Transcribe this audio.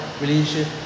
relationship